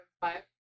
Five